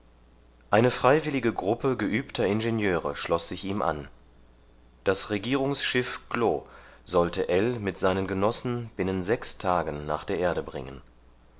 eine freiwillige gruppe geübter ingenieure schloß sich ihm an das regierungsschiff glo sollte ell mit seinen genossen binnen sechs tagen nach der erde bringen